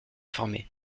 former